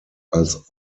als